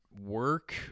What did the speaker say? work